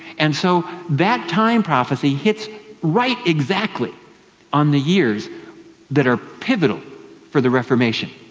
and so that time prophecy hits right exactly on the years that are pivotal for the reformation.